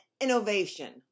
innovation